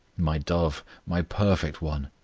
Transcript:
my dove, my perfect one,